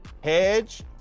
hedge